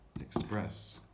express